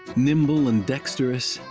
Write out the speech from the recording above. nimble and dexterous,